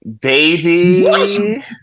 Baby